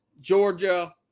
Georgia